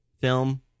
film